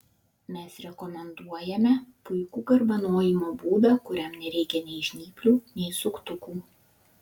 mes rekomenduojame puikų garbanojimo būdą kuriam nereikia nei žnyplių nei suktukų